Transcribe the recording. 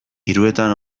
hiruetan